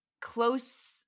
close